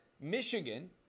Michigan